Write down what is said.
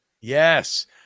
yes